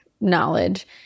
knowledge